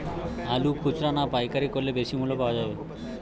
আলু খুচরা না পাইকারি করলে বেশি মূল্য পাওয়া যাবে?